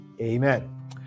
Amen